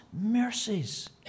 mercies